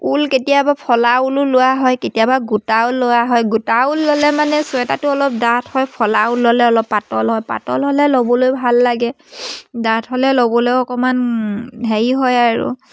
ঊল কেতিয়াবা ফলা ঊলো লোৱা হয় কেতিয়াবা গোটা ঊল লোৱা হয় গোটা ঊল ল'লে মানে চুৱেটাৰটো অলপ ডাঠ হয় ফলা ঊল ল'লে অলপ পাতল হয় পাতল হ'লে ল'বলৈ ভাল লাগে ডাঠ হ'লে ল'বলৈও অকমান হেৰি হয় আৰু